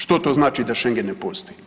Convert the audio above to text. Što to znači da Šengen ne postoji?